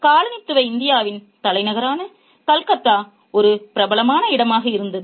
காலனித்துவ இந்தியாவின் தலைநகரான கல்கத்தா ஒரு பிரபலமான இடமாக இருந்தது